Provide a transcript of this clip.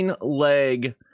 leg